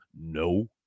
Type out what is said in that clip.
No